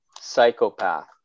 psychopath